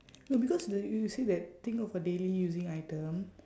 no because the y~ you say that think of a daily using item